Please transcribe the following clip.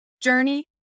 journey